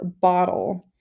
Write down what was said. bottle